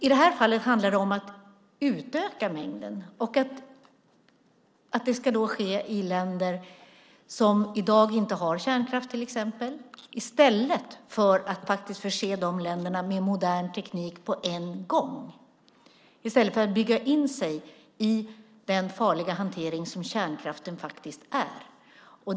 I det här fallet handlar det om att utöka mängden och att göra det i länder som i dag inte har kärnkraft i stället för att förse dessa länder med modern teknik på en gång så att de inte bygger in sig i den farliga hantering som kärnkraften medför.